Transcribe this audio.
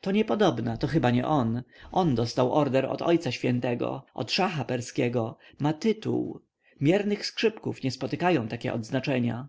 to niepodobna to chyba nie on on dostał order od ojca świętego od szacha perskiego ma tytuł miernych skrzypków nie spotykają takie odznaczenia